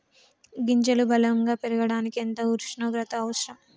గింజలు బలం గా పెరగడానికి ఎంత ఉష్ణోగ్రత అవసరం?